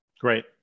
Great